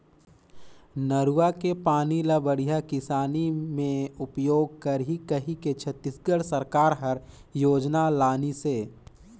नरूवा के पानी ल बड़िया किसानी मे उपयोग करही कहिके छत्तीसगढ़ सरकार हर योजना लानिसे